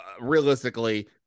realistically